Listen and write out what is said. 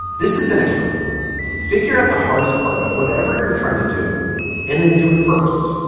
this is the next you'll figure out the hardest part of whatever you're trying to do and then do it first,